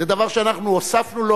זה דבר שהוספנו לו,